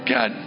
God